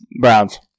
Browns